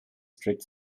strict